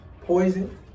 Poison